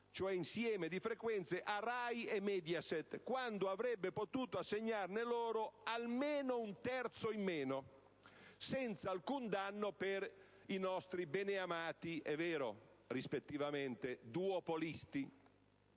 cioè un insieme di frequenze, a RAI e Mediaset, quando avrebbe potuto assegnarne loro almeno un terzo di meno senza alcun danno per i nostri beneamati, rispettivamente, duopolisti.